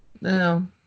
No